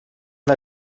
war